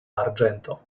arĝento